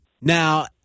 Now